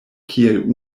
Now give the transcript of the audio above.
kiel